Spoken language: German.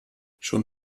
schon